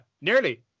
Nearly